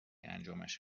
انجامش